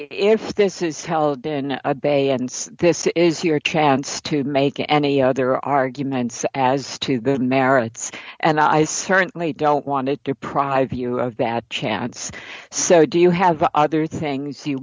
if this is held in abeyance this is your chance to make any other arguments as to the merits and i certainly don't want to deprive you of that chats so do you have other things you